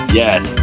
yes